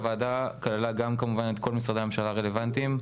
הוועדה כללה גם כמובן את כל משרדי הממשלה הרלבנטיים,